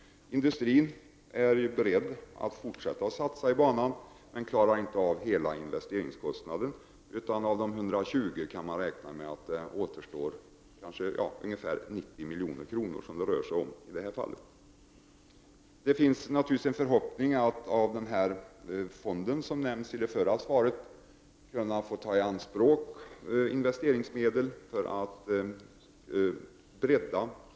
Industrin är beredd att fortsätta att satsa på banan men klarar inte av hela investeringskostnaden. Av 120 milj.kr. kan man räkna med att det i det här fallet återstår ungefär 90 milj.kr. Det finns naturligtvis en förhoppning att man från den infrastrukturfond som nämns i det förra svaret skall få ta i anspråk medel för att bredda banan till normalspår.